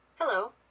Hello